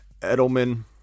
Edelman